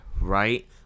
right